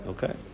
Okay